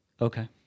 okay